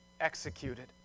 executed